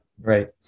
Right